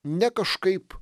ne kažkaip